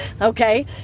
Okay